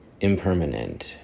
impermanent